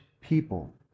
people